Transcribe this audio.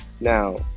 now